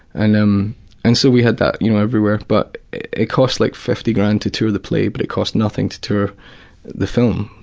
and um and so we had that you know everywhere, but it costs like fifty grand, to tour the play, but it costs nothing to tour the film.